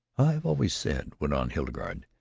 i've always said, went on hildegarde,